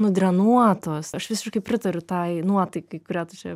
nudrenuotos aš visiškai pritariu tai nuotaikai kurią tu čia